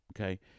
Okay